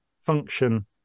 function